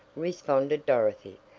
responded dorothy.